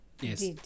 yes